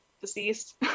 deceased